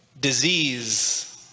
disease